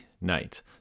night